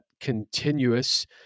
continuous